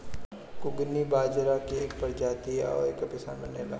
कुगनी बजरा के प्रजाति ह एकर पिसान बनेला